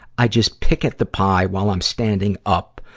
i just pick at the pie while i'm standing up.